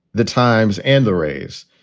the times and the rays,